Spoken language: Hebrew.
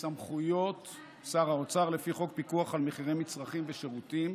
סמכויות שר האוצר לפי חוק פיקוח על מחירי מצרכים ושירותים,